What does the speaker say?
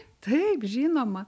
taip žinoma